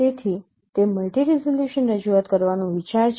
તેથી તે multi resolution રજૂઆત કરવાનો વિચાર છે